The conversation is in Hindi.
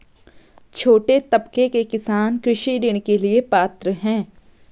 छोटे तबके के किसान कृषि ऋण के लिए पात्र हैं?